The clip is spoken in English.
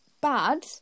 bad